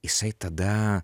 jisai tada